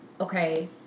okay